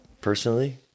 personally